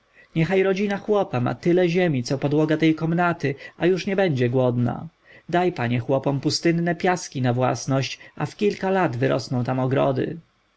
niechaj rodzina chłopa ma choćby tyle ziemi co podłoga tej komnaty a już nie będzie głodna daj panie chłopom pustynne piaski na własność a w kilka lat wyrosną tam ogrody